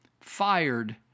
fired